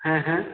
হ্যাঁ হ্যাঁ